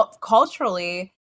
culturally